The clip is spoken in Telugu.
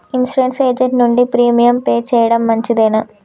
ఇన్సూరెన్స్ ఏజెంట్ నుండి ప్రీమియం పే చేయడం మంచిదేనా?